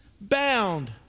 bound